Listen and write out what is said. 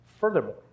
Furthermore